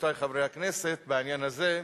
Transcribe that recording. רבותי חברי הכנסת, בעניין הזה,